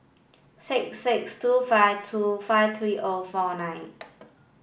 six six two five two five three O four nine